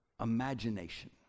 imagination